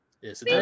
Yes